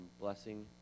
blessing